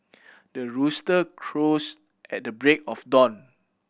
the rooster crows at the break of dawn